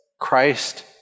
Christ